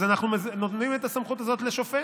אז אנחנו נותנים את הסמכות הזאת לשופט,